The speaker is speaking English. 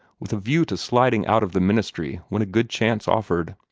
with a view to sliding out of the ministry when a good chance offered.